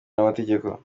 n’amategeko